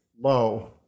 low